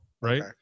right